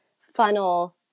funnel